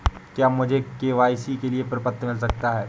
क्या मुझे के.वाई.सी के लिए प्रपत्र मिल सकता है?